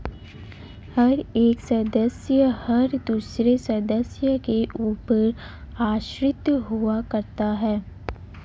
हर एक सदस्य हर दूसरे सदस्य के ऊपर आश्रित हुआ करता है